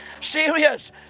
Serious